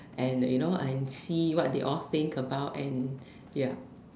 and you know and see what they all think about and ya